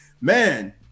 man